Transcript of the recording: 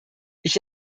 ich